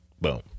Boom